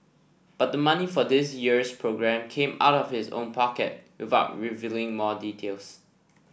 but the money for this year's programme came out of his own pocket without revealing more details